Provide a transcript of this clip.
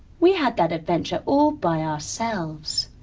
we had that adventure all by ourselves.